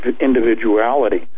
individuality